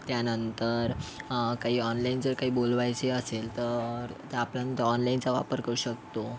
त्यानंतर काही ऑनलाईन जर काही बोलवायचे असेल तर ते आपण ते ऑनलाईनचा वापर करू शकतो